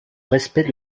respect